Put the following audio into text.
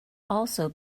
also